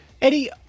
Eddie